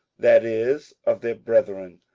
that is, of their brethren,